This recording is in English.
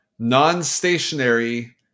Non-stationary